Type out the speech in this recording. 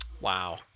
Wow